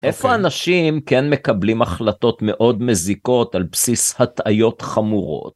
איפה אנשים כן מקבלים החלטות מאוד מזיקות על בסיס הטעיות חמורות?